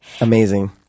Amazing